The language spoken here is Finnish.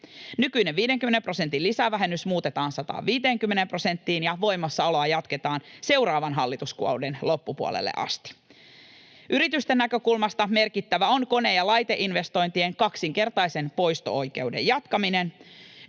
Nykyinen 50 prosentin lisävähennys muutetaan 150 prosenttiin, ja voimassaoloa jatketaan seuraavan hallituskauden loppupuolelle asti. Yritysten näkökulmasta merkittävä on kone- ja laiteinvestointien kaksinkertaisen poisto-oikeuden jatkaminen.